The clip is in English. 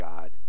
God